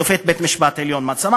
שופט בית-המשפט העליון מצא,